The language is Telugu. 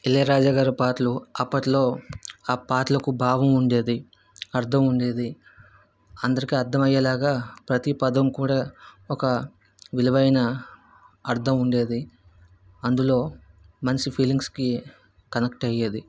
ఇళయరాజా గారి పాటలు అప్పట్లో ఆ పాటలకు భావం ఉండేది అర్థం ఉండేది అందరికి అర్థం అయ్యేలాగా ప్రతి పదం కూడా ఒక విలువైన అర్థం ఉండేది అందులో మనిషి ఫీలింగ్స్కి కనెక్ట్ అయ్యేది